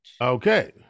Okay